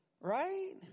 Right